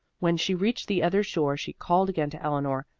when she reached the other shore she called again to eleanor,